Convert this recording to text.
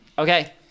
okay